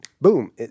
boom